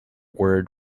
word